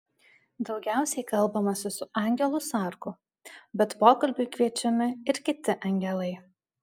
daugiausiai kalbamasi su angelu sargu bet pokalbiui kviečiami ir kiti angelai